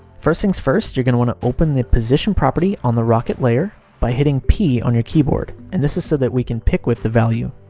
first things first, you're gonna gonna open the position property on the rocket layer by hitting p on your keyboard. and this is so that we can pick whip the value.